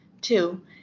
Two